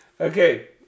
Okay